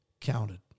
counted